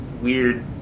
weird